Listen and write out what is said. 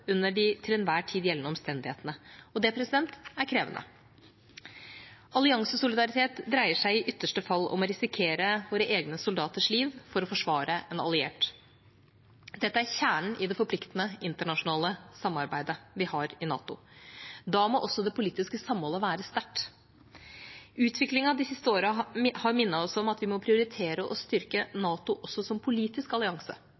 under de til enhver tid gjeldende omstendighetene. Det er krevende. Alliansesolidaritet dreier seg i ytterste fall om å risikere våre egne soldaters liv for å forsvare en alliert. Dette er kjernen i det forpliktende internasjonale samarbeidet vi har i NATO. Da må også det politiske samholdet være sterkt. Utviklingen de siste årene har minnet oss om at vi må prioritere å styrke NATO også som politisk allianse.